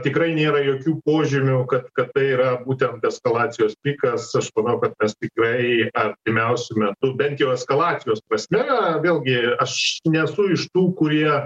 tikrai nėra jokių požymių kad tai yra būtent eskalacijos pikas aš manau kad mes tikrai artimiausiu metu bent jau eskalacijos prasme vėlgi aš nesu iš tų kurie